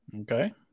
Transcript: Okay